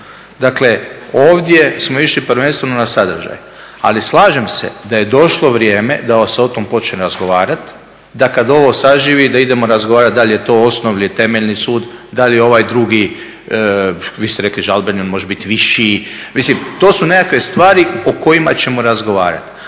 Dakle, ovdje smo išli prvenstveno na sadržaj. Ali slažem se da je došlo vrijeme da se o tom počne razgovarati, da kad ovo zaživi da idemo razgovarati da li je to osnovni ili temeljni sud, da li je ovaj drugi, vi ste rekli žalbeni. On može biti viši. Mislim, to su nekakve stvari o kojima ćemo razgovarati.